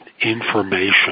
information